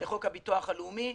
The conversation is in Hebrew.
לחוק הביטוח הלאומי.